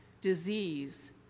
disease